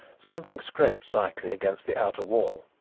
something scraped slightly against the outer wall.